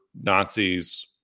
Nazis